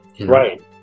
Right